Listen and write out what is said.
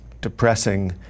depressing